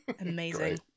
amazing